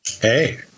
Hey